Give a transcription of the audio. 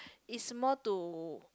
is more to